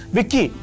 Vicky